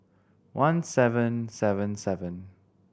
one seven seven seven